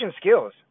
skills